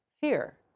fear